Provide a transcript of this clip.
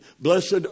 Blessed